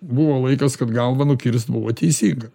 buvo laikas kad galvą nukirst buvo teisinga